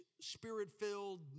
spirit-filled